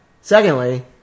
Secondly